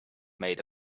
made